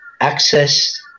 access